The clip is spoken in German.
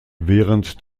während